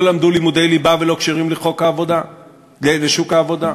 למדו לימודי ליבה ולא כשירים לשוק העבודה.